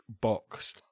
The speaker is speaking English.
box